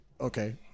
okay